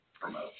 promote